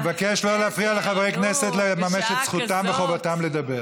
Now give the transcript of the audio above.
אני מבקש לא להפריע לחברי כנסת לממש את זכותם וחובתם לדבר.